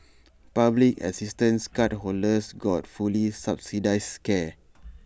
public assistance cardholders got fully subsidised care